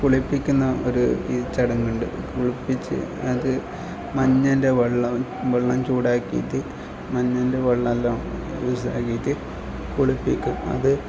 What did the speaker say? കുളുപ്പിക്കുന്ന ഒരു ഇ ചടങ്ങ് ഉണ്ട് കുളിപ്പിച്ച് അത് മഞ്ഞേൻ്റെ വെള്ളം വെള്ളം ചൂടാക്കീട്ട് മഞ്ഞേൻ്റെ വെള്ളം എല്ലാം ജ്യൂസാക്കീട്ട് കുളുപ്പിക്കും അത്